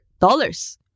dollars